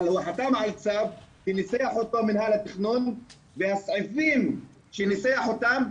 אבל הוא חתם על צו וניסח אותו ומינהל התכנון והסעיפים שניסח אותם,